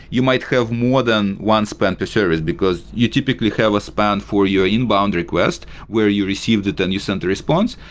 you might have more than one span per service, because you typically have a span for your inbound request where you received it then you send a response.